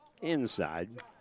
Inside